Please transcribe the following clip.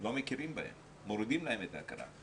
לא מכירים בהם, מורידים להם את ההכרה.